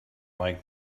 like